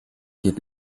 hielt